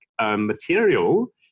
material